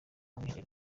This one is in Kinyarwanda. umwiherero